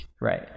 Right